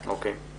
אוקיי.